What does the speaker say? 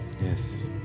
Yes